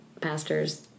pastors